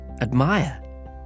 admire